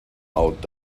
out